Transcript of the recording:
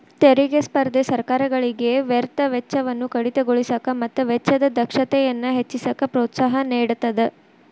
ತೆರಿಗೆ ಸ್ಪರ್ಧೆ ಸರ್ಕಾರಗಳಿಗೆ ವ್ಯರ್ಥ ವೆಚ್ಚವನ್ನ ಕಡಿತಗೊಳಿಸಕ ಮತ್ತ ವೆಚ್ಚದ ದಕ್ಷತೆಯನ್ನ ಹೆಚ್ಚಿಸಕ ಪ್ರೋತ್ಸಾಹ ನೇಡತದ